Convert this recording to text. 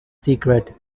secret